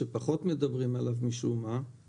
שפחות מדברים עליהם משום מה.